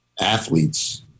athletes